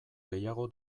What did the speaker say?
gehiago